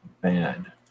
bad